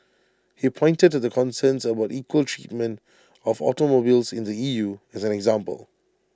he pointed to concerns about equal treatment of automobiles in the E U as an example